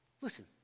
Listen